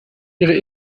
ihre